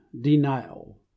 denial